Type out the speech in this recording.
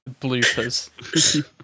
bloopers